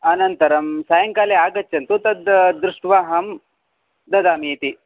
अनन्तरं सायङ्काले आगच्छन्तु तद् दृष्ट्वा अहं ददामि इति